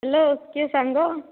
hello କିଏ ସାଙ୍ଗ